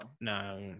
no